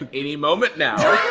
and any moment now.